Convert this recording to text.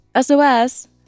SOS